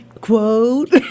Quote